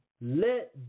Let